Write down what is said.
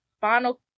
final